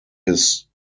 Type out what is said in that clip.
his